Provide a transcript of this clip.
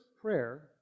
prayer